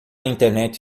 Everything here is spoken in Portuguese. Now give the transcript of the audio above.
internet